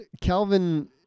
Calvin